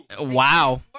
Wow